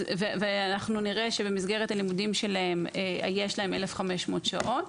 ואנחנו נראה שבמסגרת הלימודים שלהם יש להם 1,500 שעות,